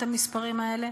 את המספרים האלה?